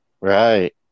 Right